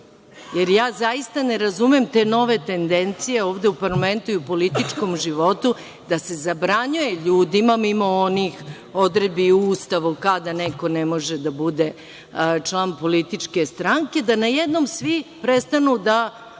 jer ja zaista ne razumem te nove tendencije ovde u parlamentu i u političkom životu da se zabranjuje ljudima mimo onih odredbi u Ustavu kada neko ne može da bude član političke stranke, da na jednom svi prestanu da